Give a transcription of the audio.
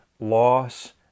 Loss